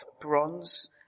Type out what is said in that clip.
bronze